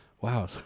wow